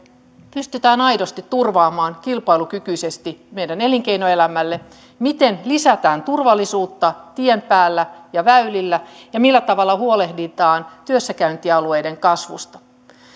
pystytään aidosti turvaamaan kilpailukykyisesti meidän elinkeinoelämälle miten lisätään turvallisuutta tien päällä ja väylillä ja millä tavalla huolehditaan työssäkäyntialueiden kasvusta